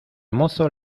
mozo